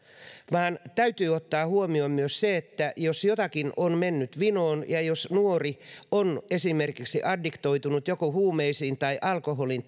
vaan täytyy ottaa huomioon myös se että jos jotakin on mennyt vinoon ja jos nuori on esimerkiksi addiktoitunut joko huumeisiin tai alkoholiin